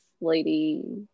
lady